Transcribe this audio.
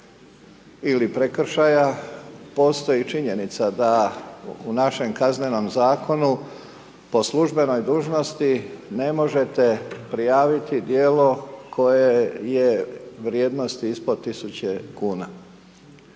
ili prekršaja, postoji činjenica da u našem Kaznenom Zakonu po službenoj dužnosti ne možete prijaviti djelo koje je vrijednosti ispod 1.000,00 kn.